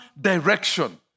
direction